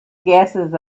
gases